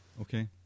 Okay